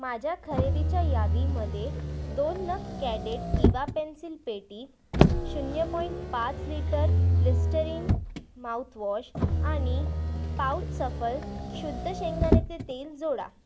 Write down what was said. माझ्या खरेदीच्या यादीमध्ये दोन नग कॅडेट इवा पेन्सिल पेटी शून्य पॉईंट पाच लिटर लिस्टरिन माउथवॉश आणि पाउच सफल शुद्ध शेंगदाण्याचे तेल जोडा